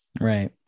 Right